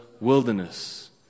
wilderness